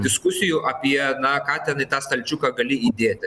diskusijų apie na ką ten į tą stalčiuką gali įdėti